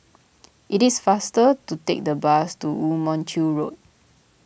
it is faster to take the bus to Woo Mon Chew Road